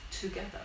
together